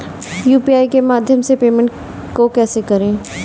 UPI के माध्यम से पेमेंट को कैसे करें?